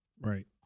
Right